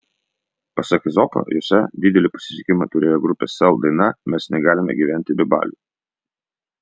pasak ezopo jose didelį pasisekimą turėjo grupės sel daina mes negalime gyventi be balių